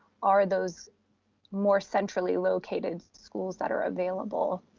are those more centrally located schools that are available.